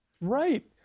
Right